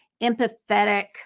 empathetic